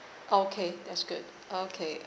okay that's good okay